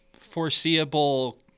foreseeable –